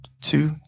two